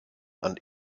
and